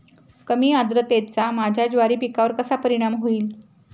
कमी आर्द्रतेचा माझ्या ज्वारी पिकावर कसा परिणाम होईल?